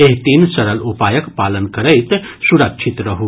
एहि तीन सरल उपायक पालन करैत सुरक्षित रहू